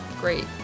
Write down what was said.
Great